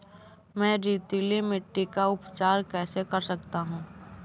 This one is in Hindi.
मैं रेतीली मिट्टी का उपचार कैसे कर सकता हूँ?